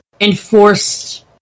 enforced